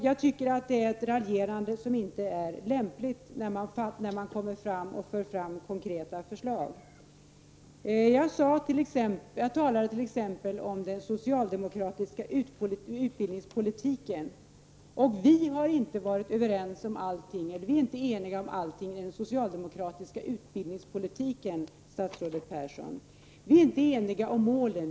Jag tycker att detta raljerande inte är lämpligt i ett sammanhang där konkreta förslag läggs fram. Jag talade t.ex. om den socialdemokratiska utbildningspolitiken. Vi har inte varit eniga om allt i den socialdemokratiska utbildningspolitiken, statsrådet Persson. Vi är inte eniga om målen.